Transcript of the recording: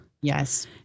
Yes